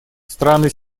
страны